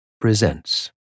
presents